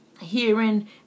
hearing